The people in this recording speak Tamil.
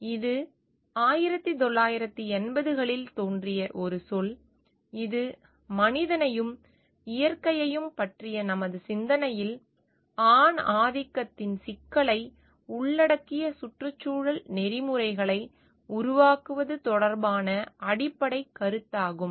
இது 1980 களில் தோன்றிய ஒரு சொல் இது மனிதனையும் இயற்கையையும் பற்றிய நமது சிந்தனையில் ஆணாதிக்கத்தின் சிக்கலை உள்ளடக்கிய சுற்றுச்சூழல் நெறிமுறைகளை உருவாக்குவது தொடர்பான அடிப்படைக் கருத்தாகும்